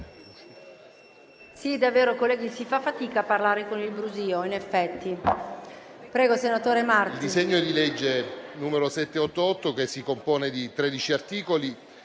Il disegno di legge n. 788, che si compone di tredici articoli,